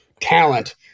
talent